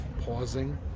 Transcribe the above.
pausing